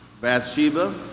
Bathsheba